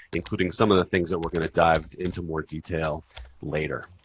including some of the things that we're going to dive into more detail later.